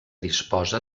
disposa